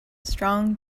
strong